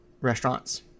restaurants